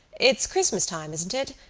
it's christmastime, isn't it?